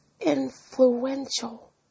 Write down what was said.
influential